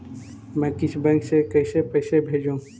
मैं किसी बैंक से कैसे भेजेऊ